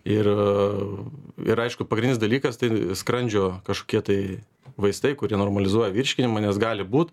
ir ir aišku pagrindinis dalykas tai skrandžio kažkokie tai vaistai kurie normalizuoja virškinimą nes gali būt